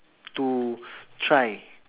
to try